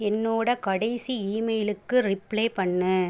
என்னோட கடைசி இமெயிலுக்கு ரிப்ளே பண்ணு